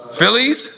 Phillies